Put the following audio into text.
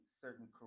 certain